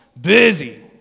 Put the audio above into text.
Busy